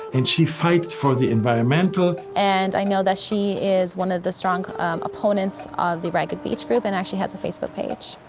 and she fights for the environmental. and i know that she is one of the strong opponents of the ragged beach group and actually has a facebook page.